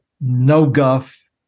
no-guff